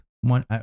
One